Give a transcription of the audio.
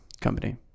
company